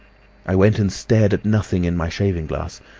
i went and stared at nothing in my shaving-glass,